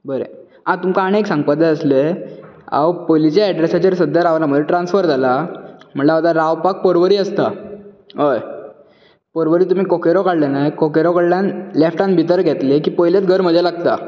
बरे आं तुमका आनीक सांगपाक जाय आसले हांव पयलीच्या एडरेसार सद्या रावना म्हजो ट्रांस्फर जाला म्हणल्यार हांव रावपाक पर्वरी आसता हय पर्वरी तुमी कोकेरो काडले न्हय कोकेरो कडल्यान लेफ्टान भितर घेतले की पयलेच घर म्हजे लागता